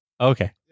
Okay